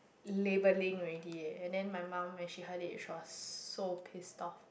labelling already eh and then my mum when she heard it she was so pissed off